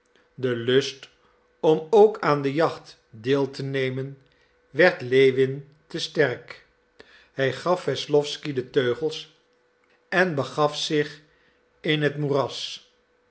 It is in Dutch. de lust om ook aan de jacht deel te nemen werd lewin te sterk hij gaf wesslowsky de teugels en begaf zich in het moeras